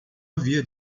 havia